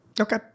Okay